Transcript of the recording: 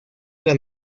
era